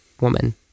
woman